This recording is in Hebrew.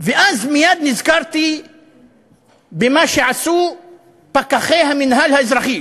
ואז מייד נזכרתי במה שעשו פקחי המינהל האזרחי,